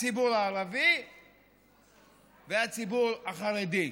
הציבור הערבי והציבור החרדי.